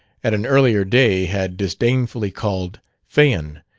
at an earlier day, had disdainfully called phaon,